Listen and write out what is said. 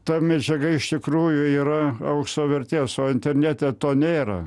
ta medžiaga iš tikrųjų yra aukso vertės o internete to nėra